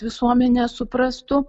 visuomenė suprastų